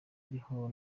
ariho